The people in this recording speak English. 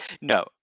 No